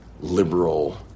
liberal